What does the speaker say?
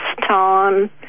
time